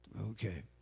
okay